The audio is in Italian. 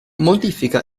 modifica